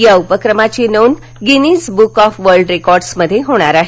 या उपक्रमाची नोंद Guinness Book of World Records मध्ये होणार आहे